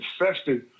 infested